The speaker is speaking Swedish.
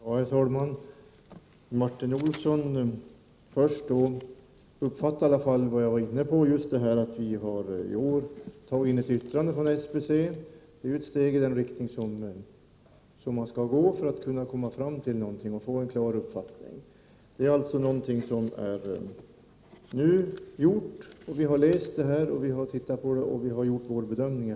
Herr talman! Martin Olsson uppfattade i alla fall vad jag var inne på, dvs. att utskottet i år har begärt in ett yttrande från SBC. Det är ett steg i den riktningen man skall gå för att kunna komma fram till någonting och få en klar uppfattning. Utskottet har läst och tittat på yttrandet och sedan gjort sin bedömning.